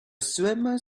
swimmer